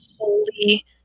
holy